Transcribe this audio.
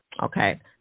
okay